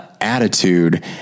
attitude